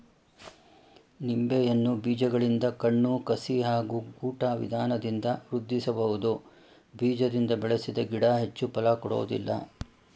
ನಿಂಬೆಯನ್ನು ಬೀಜಗಳಿಂದ ಕಣ್ಣು ಕಸಿ ಹಾಗೂ ಗೂಟ ವಿಧಾನದಿಂದ ವೃದ್ಧಿಸಬಹುದು ಬೀಜದಿಂದ ಬೆಳೆಸಿದ ಗಿಡ ಹೆಚ್ಚು ಫಲ ಕೊಡೋದಿಲ್ಲ